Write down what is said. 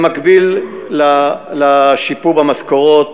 במקביל לשיפור במשכורות